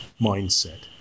mindset